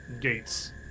gates